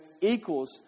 equals